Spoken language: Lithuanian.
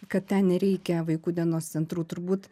kad ten nereikia vaikų dienos centrų turbūt